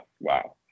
Wow